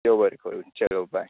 देव बरें करूं चलो बाय